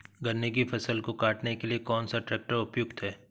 गन्ने की फसल को काटने के लिए कौन सा ट्रैक्टर उपयुक्त है?